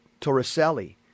Torricelli